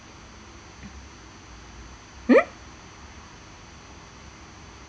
mm